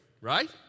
right